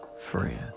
friend